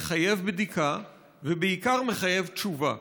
מחייב בדיקה, ובעיקר מחייב תשובה.